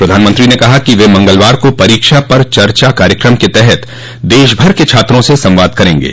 प्रधानमंत्री ने कहा कि वे मंगलवार को परीक्षा पर चर्चा कार्यक्रम के तहत देश भर के छात्रों से संवाद करेंगे